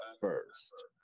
first